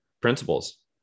principles